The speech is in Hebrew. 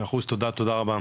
מאה אחוז, תודה רבה.